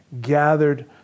gathered